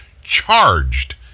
charged